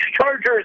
Chargers